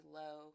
low